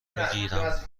میگیرم